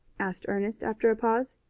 asked ernest, after a pause.